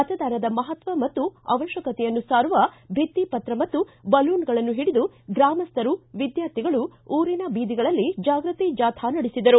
ಮತದಾನದ ಮಹತ್ವ ಮತ್ತು ಅವಕ್ಕಕತೆಯನ್ನು ಸಾರುವ ಭಿತ್ತಿಪತ್ರ ಮತ್ತು ಬಲೂನುಗಳನ್ನು ಹಿಡಿದು ಗ್ರಮಸ್ವರು ವಿದ್ವಾರ್ಥಿಗಳು ಊರಿನ ಬೀದಿಗಳಲ್ಲಿ ಜಾಗೃತಿ ಜಾಥಾ ನಡೆಸಿದರು